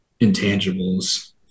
intangibles